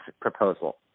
proposal